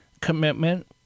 commitment